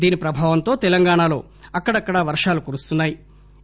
దీని ప్రభావంతో తెలంగాణలో అక్కడక్కడ వర్వాలు కురుస్తున్నా యి